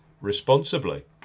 responsibly